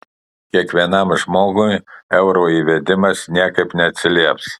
kiekvienam žmogui euro įvedimas niekaip neatsilieps